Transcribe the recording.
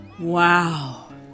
Wow